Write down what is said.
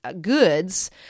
goods